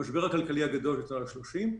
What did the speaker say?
המשבר הכלכלי הגדול בשנות ה-30,